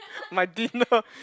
my dinner